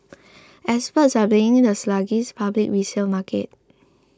experts are blaming the sluggish public resale market